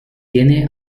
tiene